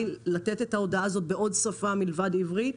גם לתת את ההודעה הזאת בעוד שפה מלבד עברית